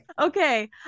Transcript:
Okay